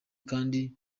kandi